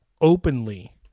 openly